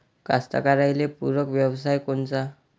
कास्तकाराइले पूरक व्यवसाय कोनचा?